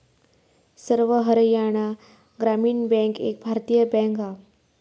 सर्व हरयाणा ग्रामीण बॅन्क एक भारतीय बॅन्क हा